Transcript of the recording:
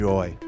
Joy